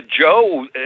Joe